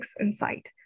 Insight